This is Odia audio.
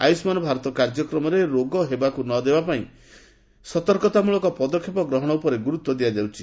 ଆୟୁଷ୍କାନ୍ ଭାରତ କାର୍ଯ୍ୟକ୍ରମରେ ରୋଗ ହେବାକୁ ନ ଦେବା ପାଇଁ ସତର୍କତାମଳକ ପଦକ୍ଷେପ ଗ୍ରହଣ ଉପରେ ଗୁରୁତ୍ୱ ଦିଆଯାଉଛି